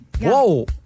Whoa